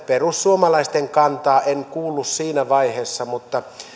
perussuomalaisten kantaa en kuullut siinä vaiheessa